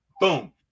boom